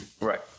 Right